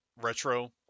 retro